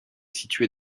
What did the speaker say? situé